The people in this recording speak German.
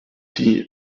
die